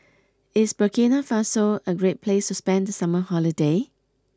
is Burkina Faso a great place to spend the summer holiday